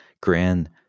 grand